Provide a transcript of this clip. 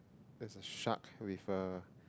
there's a shark with uh